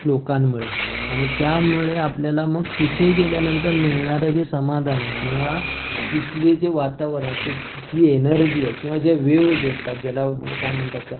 श्लोकांमुळे आणि त्यामुळे आपल्याला मग तिथे गेल्यानंतर मिळणारं जे समाधान आहे किंवा तिथले जे वातावरण आहे जी एनर्जी किंवा वेव्ज असतात ज्याला काय म्हणतात त्या